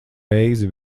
reizi